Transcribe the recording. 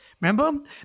Remember